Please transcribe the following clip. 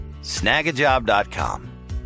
Snagajob.com